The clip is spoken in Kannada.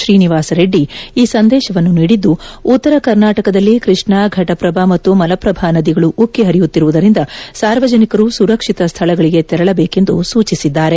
ಶ್ರೀನಿವಾಸ ರೆಡ್ಡಿ ಈ ಸಂದೇಶವನ್ನು ನೀಡಿದ್ದು ಉತ್ತರ ಕರ್ನಾಟಕದಲ್ಲಿ ಕ್ವಷ್ಣಾ ಫಟಪ್ರಭಾ ಮತ್ತು ಮಲಪ್ರಭಾ ನದಿಗಳು ಉಕ್ಕಿ ಹರಿಯುತ್ತಿರುವುದರಿಂದ ಸಾರ್ವಜನಿಕರು ಸುರಕ್ಷಿತ ಸ್ಥಳಗಳಿಗೆ ತೆರಳಬೇಕೆಂದು ಸೂಚಿಸಿದ್ದಾರೆ